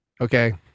Okay